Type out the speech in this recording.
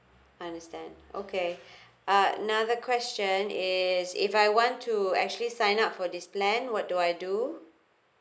understand okay uh another question is if I want to actually sign up for this plan what do I do